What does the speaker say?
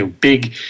big